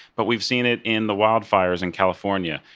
but we've seen it in the wildfires in california.